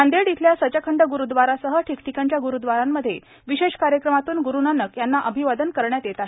नांदेड इथल्या सचखंड ग्रुद्वारासह ठिकठिकाणच्या ग्रुद्वारांमध्ये विशेष कार्यक्रमातून ग्रुनानक यांना अभिवादन केलं जात आहे